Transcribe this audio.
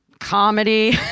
comedy